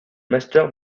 masters